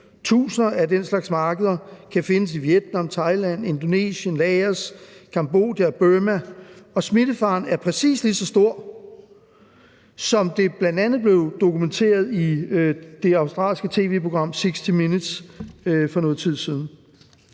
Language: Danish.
Tusinder af den slags markeder kan findes i Vietnam, Thailand, Indonesien, Laos, Cambodia og Burma, og smittefaren er præcis lige så stor dér, hvilket bl.a. blev dokumenteret i det australske tv-program »60 Minutes« for noget tid siden.